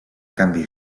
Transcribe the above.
canvi